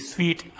Sweet